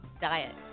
diet